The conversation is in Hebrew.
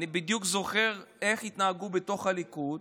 אני בדיוק זוכר איך התנהגו בתוך הליכוד,